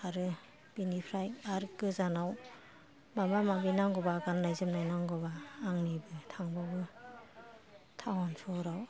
आरो बेनिफ्राइ आरो गोजानाव माबा माबि नांगौबा गाननाय जोमनाय नांगौबा आंनिबो थांबावो टाउन सहराव